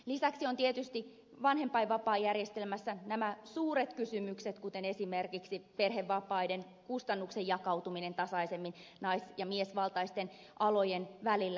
lisäksi ovat tietysti vanhempainvapaajärjestelmässä nämä suuret kysymykset kuten esimerkiksi perhevapaiden kustannusten jakautuminen tasaisemmin nais ja miesvaltaisten alojen välillä